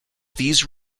these